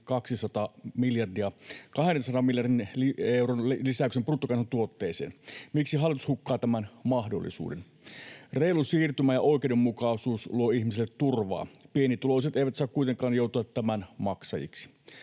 jopa yli 200 miljardin euron lisäyksen bruttokansantuotteeseen. Miksi hallitus hukkaa tämän mahdollisuuden? Reilu siirtymä ja oikeudenmukaisuus luovat ihmisille turvaa. Pienituloiset eivät saa kuitenkaan joutua tämän maksajiksi.